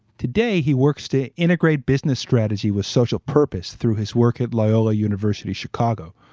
today, he works to integrate business strategy with social purpose through his work at loyola university chicago.